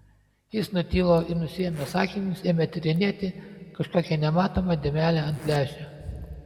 jis nutilo ir nusiėmęs akinius ėmė tyrinėti kažkokią nematomą dėmelę ant lęšio